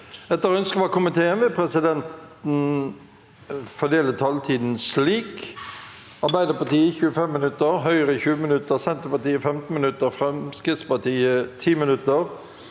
forvaltningskomiteen vil presidenten fordele taletiden slik: Arbeiderpartiet 25 minutter, Høyre 20 minutter, Senterpartiet 15 minutter, Fremskrittspartiet 10 minutter,